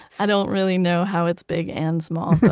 i don't really know how it's big and small.